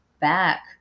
back